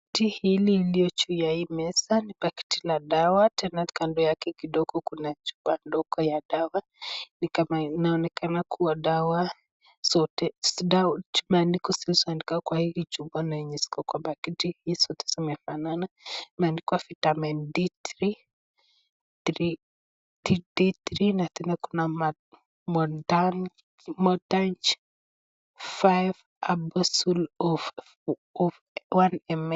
Paketi hili lililo juu ya meza ni paketi la dawa tena kando yake kidogo kuna chupa ya dawa ni kama inaonekana kuwa dawa zote, imeadikwa kwa hii chuoa na ziko kwenye paketi zote zimefanana, zimeandikwa vitamin 3 D na tena kuna modanich 5abusol 1ml